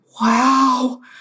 Wow